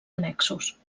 annexos